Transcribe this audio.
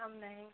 कम नहीं